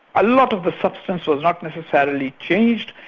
a lot of the substance was not necessarily changed,